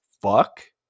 fuck